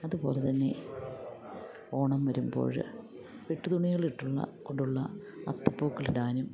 അതുപോലെതന്നെ ഓണം വരുമ്പോൾ വെട്ടു തുണികളിട്ടുകൊണ്ടുള്ള അത്തപ്പൂക്കളിടാനും